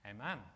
Amen